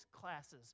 classes